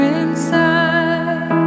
inside